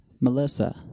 Melissa